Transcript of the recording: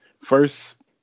First